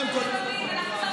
אני אומר לך.